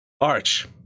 arch